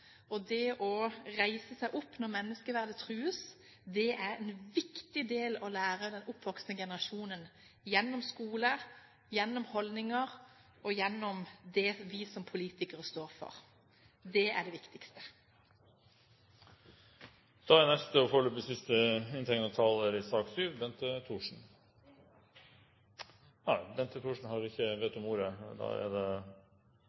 og det å reise seg opp når menneskeverdet trues, er noe som er viktig å lære den oppvoksende generasjonen – gjennom skole, gjennom holdninger og gjennom det vi som politikere står for. Det er det viktigste.